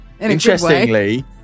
interestingly